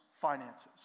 finances